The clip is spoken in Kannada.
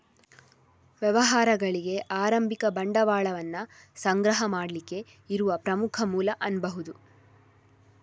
ವ್ಯವಹಾರಗಳಿಗೆ ಆರಂಭಿಕ ಬಂಡವಾಳವನ್ನ ಸಂಗ್ರಹ ಮಾಡ್ಲಿಕ್ಕೆ ಇರುವ ಪ್ರಮುಖ ಮೂಲ ಅನ್ಬಹುದು